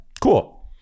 Cool